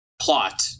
plot